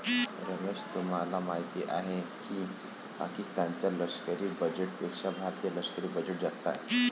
रमेश तुम्हाला माहिती आहे की पाकिस्तान च्या लष्करी बजेटपेक्षा भारतीय लष्करी बजेट जास्त आहे